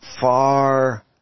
far